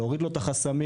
להוריד לו את החסמים,